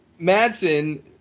Madsen